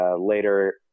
later